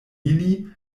ili